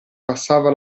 passava